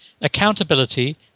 accountability